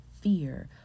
fear